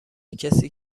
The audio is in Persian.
کسی